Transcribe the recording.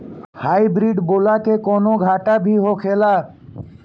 Hybrid बोला के कौनो घाटा भी होखेला?